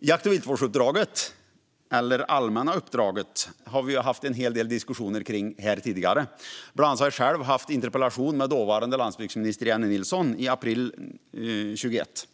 Jakt och viltvårdsuppdraget, eller allmänna uppdraget, har vi diskuterat en hel del tidigare. Bland annat hade jag en interpellationsdebatt med dåvarande landsbygdsminister Jennie Nilsson i april 2021.